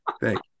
thank